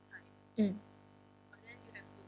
mm